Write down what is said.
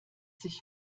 sich